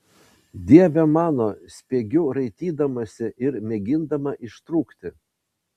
dieve mano spiegiu raitydamasi ir mėgindama ištrūkti